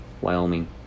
Wyoming